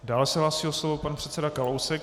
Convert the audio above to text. Dál se hlásí o slovo pan předseda Kalousek.